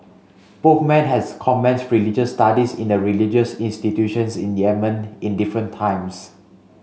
both men has commenced religious studies in a religious institutions in Yemen in different times